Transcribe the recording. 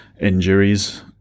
injuries